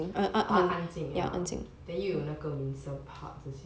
安静 ya then 又有那个 windsor park